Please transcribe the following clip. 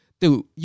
dude